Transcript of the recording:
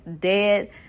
dead